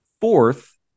fourth